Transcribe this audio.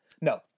No